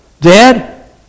Dad